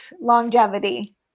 longevity